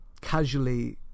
casually